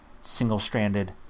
Single-stranded